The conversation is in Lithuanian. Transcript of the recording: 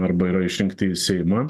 arba yra išrinkti į seimą